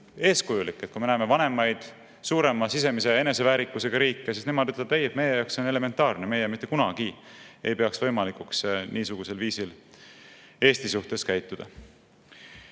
eeskujulik, et kui me näeme vanemaid, suurema sisemise eneseväärikusega riike, siis nemad ütlevad, et nende jaoks on see elementaarne, nemad mitte kunagi ei peaks võimalikuks niisugusel viisil Eesti suhtes käituda.